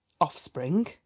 offspring